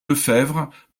lefebvre